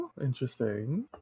interesting